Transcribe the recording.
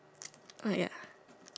uh ya